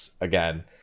again